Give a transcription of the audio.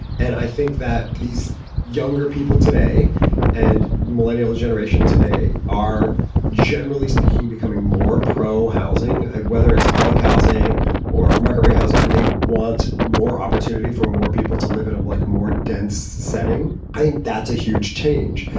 and i think that these younger people today and millennial generation today are generally speaking, becoming more pro housing, whether it's public housing or market-rate housing. and they want more opportunity for more people to live in, um, like more dense setting. i think that's a huge change.